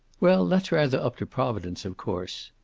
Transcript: well, that's rather up to providence, of course.